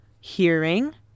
hearing